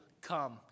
come